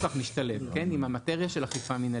כך משתלב עם המאטריה של אכיפה מנהלית,